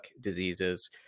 diseases